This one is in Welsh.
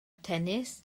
tennis